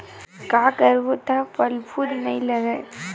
का करबो त फफूंद नहीं लगय?